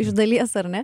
iš dalies ar ne